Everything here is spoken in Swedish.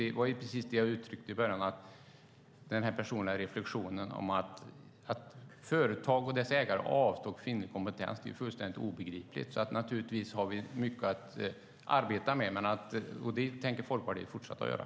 Det var precis vad jag uttryckte i början, nämligen den personliga reflexionen om att det är fullständigt obegripligt att företag och ägare avstår kvinnlig kompetens. Naturligtvis har vi mycket att arbeta med, och det tänker Folkpartiet fortsätta att göra.